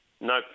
No